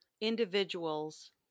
individuals